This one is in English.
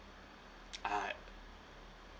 uh